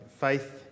Faith